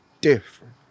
Different